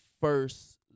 first